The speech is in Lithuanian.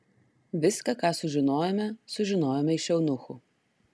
viską ką sužinojome sužinojome iš eunuchų